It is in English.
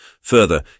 Further